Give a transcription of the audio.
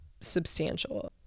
substantial